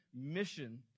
mission